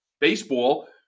baseball